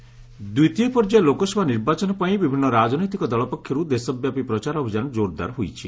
campaigning ଦ୍ୱିତୀୟ ପର୍ଯ୍ୟାୟ ଲୋକସଭା ନିର୍ବାଚନ ପାଇଁ ବିଭିନ୍ନ ରାଜନୈତିକ ଦଳ ପକ୍ଷର୍ ଦେଶବ୍ୟାପୀ ପ୍ରଚାର ଅଭିଯାନ କୋରଦାର ହୋଇଛି